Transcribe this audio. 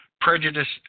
prejudiced